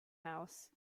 house